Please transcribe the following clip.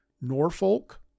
Norfolk